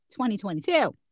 2022